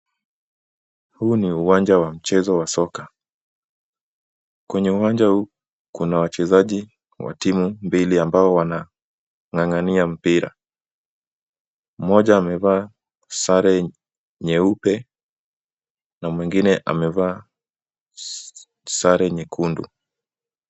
Huu ni uwanja wa mchezo wa soka. Kwenye uwanja huu, kuna wachezaji wa timu mbili ambao wanang'ang'ania mpira. Mmoja amevaa sare nyeupe na mwingine amevaa sare nyekundu.